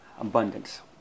Abundance